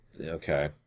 Okay